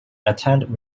attended